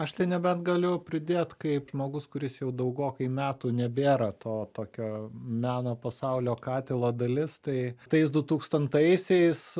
aš tai nebent galiu pridėt kaip žmogus kuris jau daugokai metų nebėra to tokio meno pasaulio katilo dalis tai tais dutūkstantaisiais